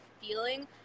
feeling